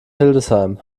hildesheim